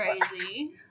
crazy